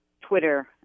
Twitter